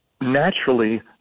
naturally